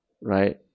right